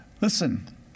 Listen